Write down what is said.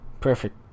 Perfect